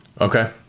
Okay